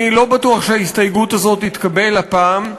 אני לא בטוח שההסתייגות הזו תתקבל הפעם,